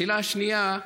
השאלה השנייה: